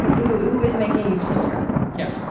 who who is making you suffer yeah